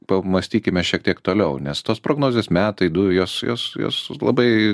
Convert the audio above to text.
pamąstykime šiek tiek toliau nes tos prognozės metai dujos jos jos labai